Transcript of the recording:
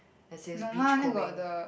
that is big coaming